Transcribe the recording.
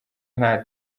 nta